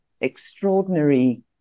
extraordinary